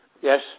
Yes